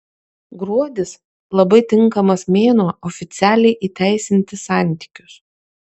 gruodis labai tinkamas mėnuo oficialiai įteisinti santykius